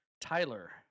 Tyler